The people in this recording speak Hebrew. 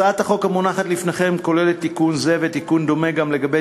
הצעת החוק המונחת לפניכם כוללת תיקון זה ותיקון דומה גם לגבי